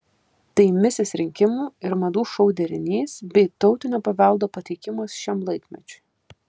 tai misis rinkimų ir madų šou derinys bei tautinio paveldo pateikimas šiam laikmečiui